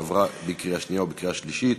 עברה בקריאה שנייה ובקריאה שלישית